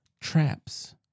traps